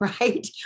right